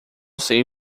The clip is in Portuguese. sei